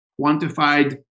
quantified